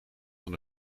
van